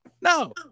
No